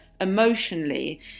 emotionally